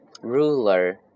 ruler